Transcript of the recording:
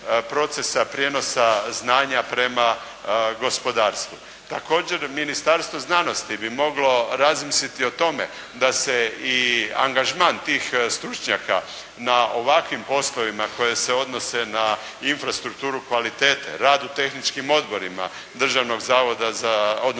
procesa prijenosa znanja prema gospodarstvu. Također Ministarstvo znanosti bi moglo razmisliti o tome, da se i angažman tih stručnjaka na ovakvim poslovima koje se odnose na infrastrukturu kvalitete, rad u tehničkim odborima Hrvatskog zavoda